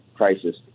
Crisis